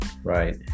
Right